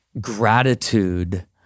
gratitude